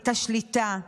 את השליטה.